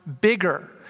bigger